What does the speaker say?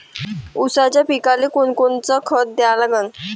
ऊसाच्या पिकाले कोनकोनचं खत द्या लागन?